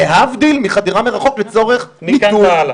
להבדיל מחדירה מרחוק לצורך ניטור.